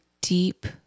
deep